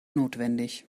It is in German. notwendig